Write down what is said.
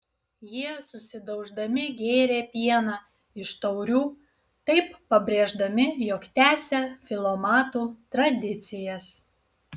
jie susidauždami gėrė pieną iš taurių taip pabrėždami jog tęsia filomatų tradicijas